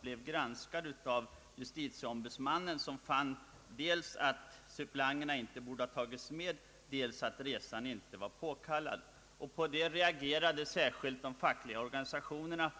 Denna granskades av JO som fann dels att suppleanterna inte borde ha varit med på resan, dels att resan inte var motiverad. På den kritiken reagerade särskilt de fackliga organisationerna.